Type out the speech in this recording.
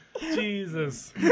Jesus